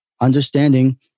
understanding